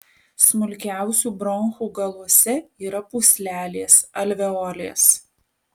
smulkiausių bronchų galuose yra pūslelės alveolės